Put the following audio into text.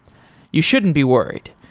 you shouldn't be worried.